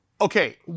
Okay